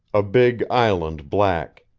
a big island black.